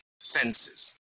senses